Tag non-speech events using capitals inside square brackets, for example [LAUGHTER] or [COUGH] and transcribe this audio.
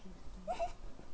[LAUGHS]